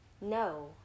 No